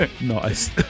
Nice